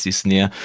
snare